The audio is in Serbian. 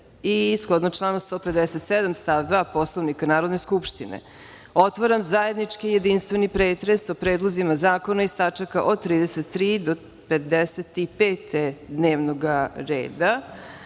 i shodno članu 157. stav 2. Poslovnika Narodne skupštine, otvaram zajednički jedinstveni pretres o predlozima zakona iz tačaka od 33. do 55. dnevnog reda. Da